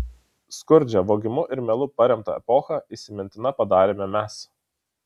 skurdžią vogimu ir melu paremtą epochą įsimintina padarėme mes